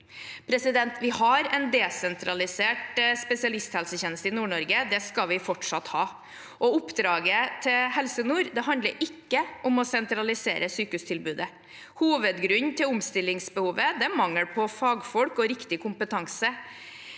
er i. Vi har en desentralisert spesialisthelsetjeneste i Nord-Norge. Det skal vi fortsatt ha. Oppdraget til Helse nord handler ikke om å sentralisere sykehustilbudet. Hovedgrunnen til omstillingsbehovet er mangel på fagfolk og riktig kompetanse.